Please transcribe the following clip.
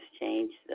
changed